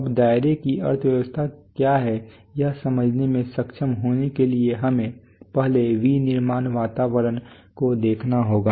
अब दायरा की अर्थव्यवस्था क्या है यह समझने में सक्षम होने के लिए हमें पहले विनिर्माण वातावरण को देखना होगा